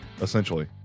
Essentially